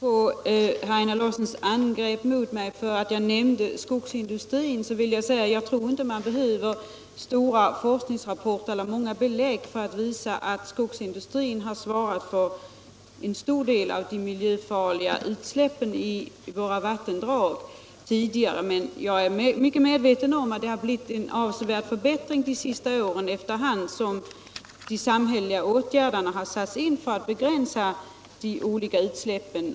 Herr talman! Herr Larsson i Borrby angrep mig för att jag nämnde skogsindustrin, men jag tror inte att det behövs några stora forskningsrapporter som belägg för att skogsindustrin har svarat för en stor del av de miljöfarliga utsläppen i våra vattendrag. Jag är mycket medveten om att det har blivit en avsevärd förbättring de senaste åren, efter hand som de samhälleliga åtgärderna satts in för att begränsa de olika utsläppen.